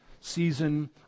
season